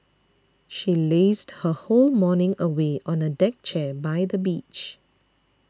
she lazed her whole morning away on a deck chair by the beach